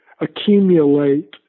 accumulate